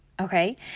Okay